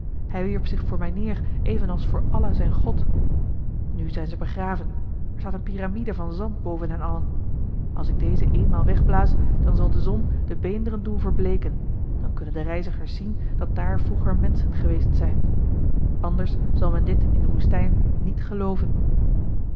hij wierp zich voor mij neer evenals voor allah zijn god nu zijn zij begraven er staat een piramide van zand boven hen allen als ik deze eenmaal wegblaas dan zal de zon de beenderen doen verbleeken dan kunnen de reizigers zien dat daar vroeger menschen geweest zijn anders zal men dit in de woestijn niet gelooven